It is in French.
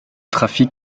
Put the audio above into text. trafic